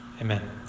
Amen